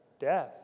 death